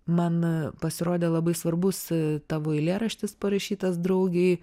mana pasirodė labai svarbus tavo eilėraštis parašytas draugei